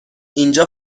اینجا